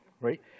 right